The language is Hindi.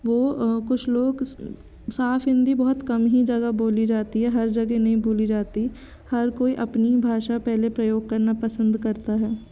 वो कुछ लोग साफ हिन्दी बहुत कम ही जगह बोली जाती है हर जगह नहीं बोली जाती हर कोई अपनी भाषा पहले प्रयोग करना पसंद करता है